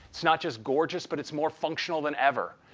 it's not just gorgeous but it's more functional than ever.